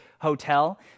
hotel